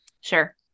Sure